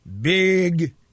big